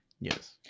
Yes